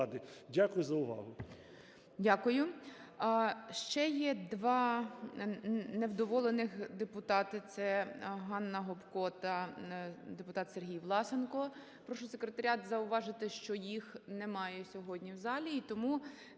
Дякую за увагу.